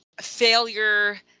failure